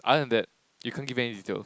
other than that you can't give any details